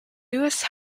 louis